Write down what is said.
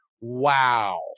wow